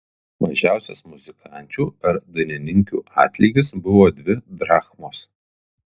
mažiausias muzikančių ar dainininkių atlygis buvo dvi drachmos